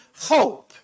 hope